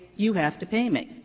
you have to pay me.